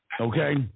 okay